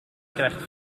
krijgt